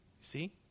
See